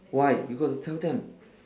why you got to tell them